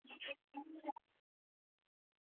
हमको फ़ोन लेना